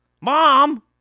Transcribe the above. mom